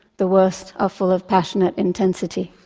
the worst are full of passionate intensity.